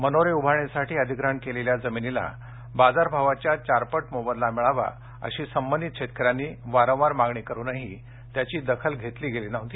मनोरे उभारणीसाठी अधिग्रहण केलेल्या जमिनीला बाजार भावाच्या चारपट मोबदला मिळावा अशी संबंधित शेतकऱ्यांनी वारंवार मागणी करूनही त्याची दखल घेतली गेली नव्हती